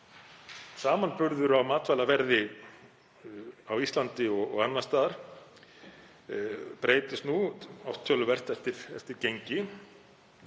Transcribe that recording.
Samanburður á matvælaverði á Íslandi og annars staðar breytist nú oft töluvert eftir gengi.